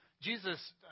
Jesus